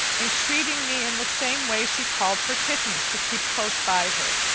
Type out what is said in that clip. entreating me in the same way she called her kittens to keep close by her.